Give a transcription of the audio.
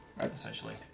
essentially